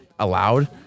allowed